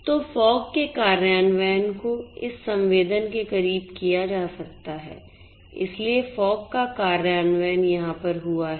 तो फोग के कार्यान्वयन को इस संवेदन के करीब किया जा सकता है इसलिए फोग का कार्यान्वयन यहाँ पर हुआ है